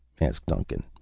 asked duncan,